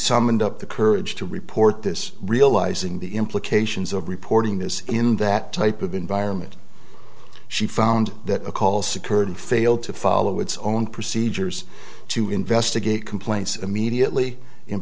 summoned up the courage to report this realizing the implications of reporting this in that type of environment she found that a call security failed to follow its own procedures to investigate complaints immediately